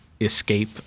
escape